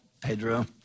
Pedro